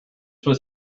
was